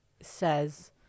says